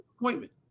appointment